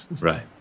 Right